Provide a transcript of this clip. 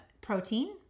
protein